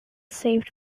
saved